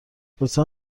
لطفا